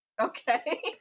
Okay